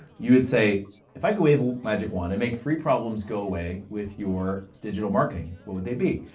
you would say, if i could wave a magic wand and make free problems go away with your digital marketing, what would they be?